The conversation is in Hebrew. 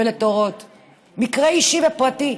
מקרה אישי ופרטי: